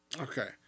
Okay